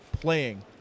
playing